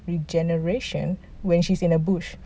regeneration when she's in the bush